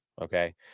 Okay